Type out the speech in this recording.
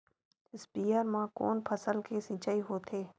स्पीयर म कोन फसल के सिंचाई होथे?